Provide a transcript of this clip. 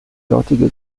dortige